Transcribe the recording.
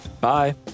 Bye